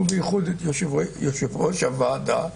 ובייחוד את יושב-ראש הוועדה,